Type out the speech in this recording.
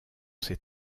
ses